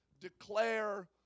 declare